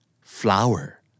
Flower